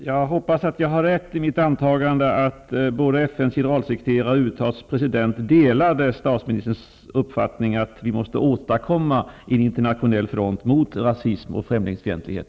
Från socialdemokratisk sida har vi efterlyst regeringsinitiativ på det nordiska och internationella planet för att bilda en internationell front mot rasism och främlingsfientlighet. FN:s generalsekreterare och USA:s president vid sitt besök i USA nyligen.